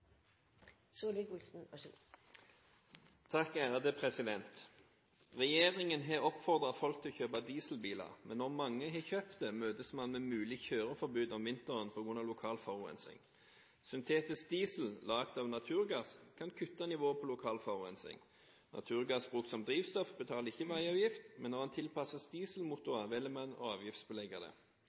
møtes man med mulig kjøreforbud om vinteren pga. lokal forurensning. Syntetisk diesel, laget av naturgass, kan kutte nivået på lokal forurensning. Naturgass, brukt som drivstoff, betaler ikke veiavgift, men når den tilpasses dieselmotorer velger man å avgiftsbelegge dette. Vil regjeringen revurdere sin avgiftspolitikk, slik at man stimulerer til bruk av mer miljøvennlig diesel fremfor å ha kjøreforbud som fremste virkemiddel til vinteren?» Det